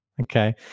Okay